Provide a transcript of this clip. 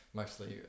mostly